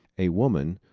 a woman,